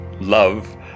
love